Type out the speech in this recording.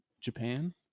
Japan